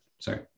sorry